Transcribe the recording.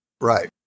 Right